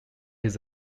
his